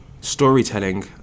storytelling